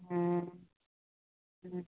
हॅं हॅं